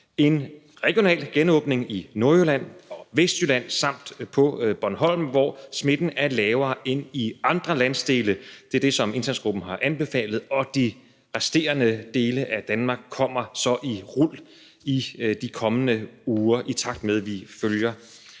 en regional genåbning i Nordjylland og Vestjylland samt på Bornholm, hvor smitten er lavere end i andre landsdele. Det er det, som indsatsgruppen har anbefalet. Og de resterende dele af Danmark kommer så i rul i de kommende uger, i takt med vi følger